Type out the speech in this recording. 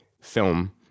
film